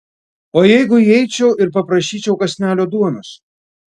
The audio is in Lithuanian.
o jeigu įeičiau ir paprašyčiau kąsnelio duonos